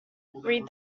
read